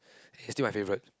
it's still my favourite